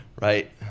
right